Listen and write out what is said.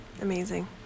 amazing